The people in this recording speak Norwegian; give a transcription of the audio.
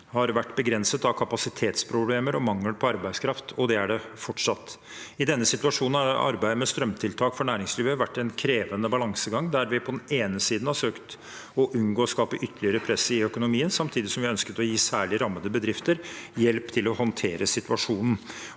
3833 set av kapasitetsproblemer og mangel på arbeidskraft, og slik er det fortsatt. I denne situasjonen har arbeidet med strømtiltak for næringslivet vært en krevende balansegang, der vi på den ene siden har søkt å unngå å skape ytterligere press i økonomien, samtidig som vi har ønsket å gi særlig rammede bedrifter hjelp til å håndtere situasjonen.